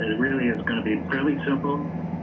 really is going to be fairly simple.